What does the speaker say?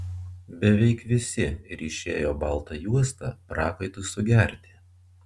beveik visi ryšėjo baltą juostą prakaitui sugerti